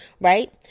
Right